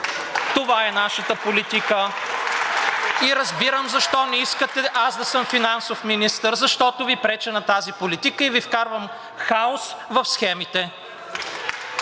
Промяната“.) И разбирам защо не искате аз да съм финансов министър, защото Ви преча на тази политика и Ви вкарвам хаос в схемите.